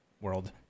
World